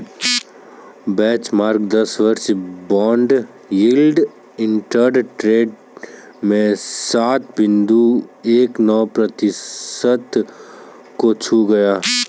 benchmark दस वर्षीय bond yield intraday trade में सात बिंदु एक नौ प्रतिशत को छू गया